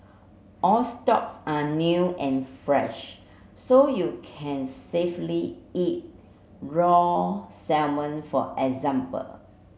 all stocks are new and fresh so you can safely eat raw salmon for example